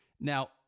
Now